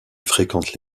fréquente